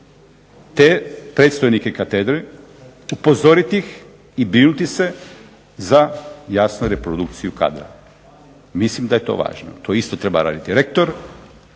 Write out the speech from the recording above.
te predstojnike katedre, upozoriti ih i brinuti se za jasno reprodukciju kadra. Mislim da je to važno. To isto treba raditi rektor,